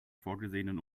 vorgesehenen